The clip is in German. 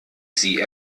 sie